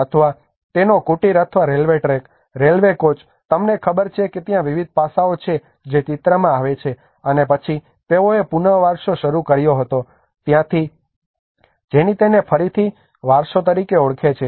અથવા તેનો કુટીર અથવા રેલ્વે ટ્રેક રેલ્વે કોચ તમને ખબર છે કે ત્યાં વિવિધ પાસાઓ છે જે ચિત્રમાં આવે છે અને પછી તેઓએ પુનવારસો શરૂ કર્યો હતો ત્યાંથી જેની તેને ફરીથી વારસો તરીકે ઓળખે છે